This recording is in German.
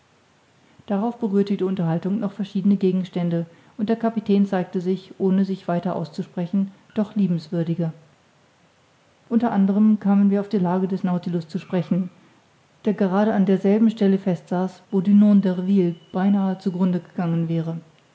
darauf berührte die unterhaltung noch verschiedene gegenstände und der kapitän zeigte sich ohne sich weiter auszusprechen doch liebenswürdiger unter anderem kamen wir auf die lage des nautilus zu sprechen der gerade an derselben stelle fest saß wo dumont d'urville beinahe zu grunde gegangen wäre